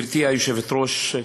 גברתי היושבת-ראש,